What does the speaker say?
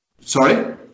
Sorry